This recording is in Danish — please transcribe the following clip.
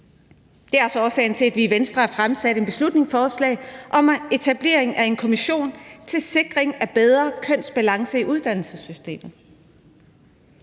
det er også årsagen til, at vi i Venstre har fremsat et beslutningsforslag om at etablere en kommission til sikring af bedre kønsbalance i uddannelsessystemet.